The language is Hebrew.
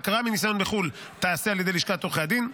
הכרה בניסיון מחו"ל תיעשה על ידי לשכת עורכי הדין,